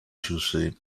sushi